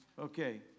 Okay